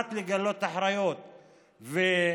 שיודעת לגלות אחריות ולעמוד